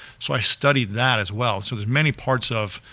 so i studied that as well, so there's many parts of,